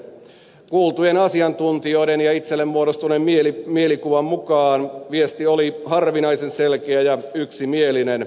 kuultujen asiantuntijoiden ja itselle muodostuneen mielikuvan mukaan viesti oli harvinaisen selkeä ja yksimielinen